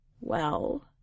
Well